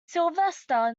sylvester